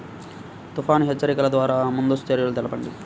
తుఫాను హెచ్చరికల ద్వార ముందస్తు చర్యలు తెలపండి?